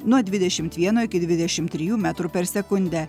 nuo dvidešimt vieno iki dvidešim trijų metrų per sekundę